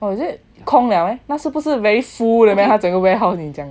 oh is it 空了 meh 那是不是 very full 了 meh 他整个 warehouse 你讲